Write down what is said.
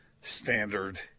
standard